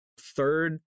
third